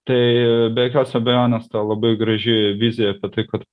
tai be jokios abejonės ta labai graži vizija apie tai kad